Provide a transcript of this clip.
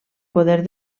poder